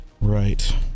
Right